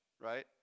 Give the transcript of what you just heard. right